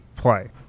play